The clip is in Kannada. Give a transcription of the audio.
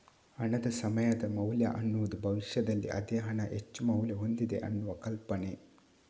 ಹಣದ ಸಮಯದ ಮೌಲ್ಯ ಅನ್ನುದು ಭವಿಷ್ಯದಲ್ಲಿ ಅದೇ ಹಣ ಹೆಚ್ಚು ಮೌಲ್ಯ ಹೊಂದಿದೆ ಅನ್ನುವ ಕಲ್ಪನೆ